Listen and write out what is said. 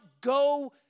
go